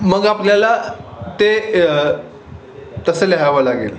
मग आपल्याला ते तसं लहावं लागेल